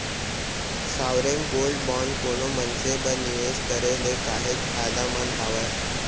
sovereign gold bond कोनो मनसे बर निवेस करे ले काहेच फायदामंद हावय